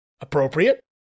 Appropriate